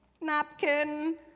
napkin